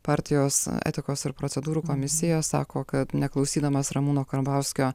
partijos etikos ir procedūrų komisija sako kad neklausydamas ramūno karbauskio